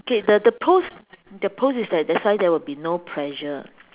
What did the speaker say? okay the the pros the pros is that that's why there will be no pressure